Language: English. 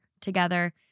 together